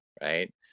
right